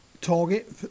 target